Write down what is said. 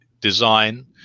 design